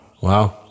Wow